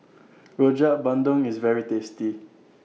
Rojak Bandung IS very tasty